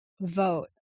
vote